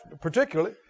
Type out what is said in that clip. particularly